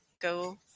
go